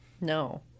No